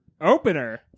Opener